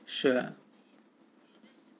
sure